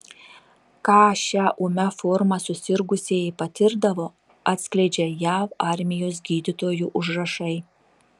ką šia ūmia forma susirgusieji patirdavo atskleidžia jav armijos gydytojų užrašai